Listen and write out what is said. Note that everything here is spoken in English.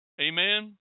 Amen